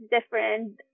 different